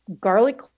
Garlic